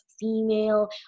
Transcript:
female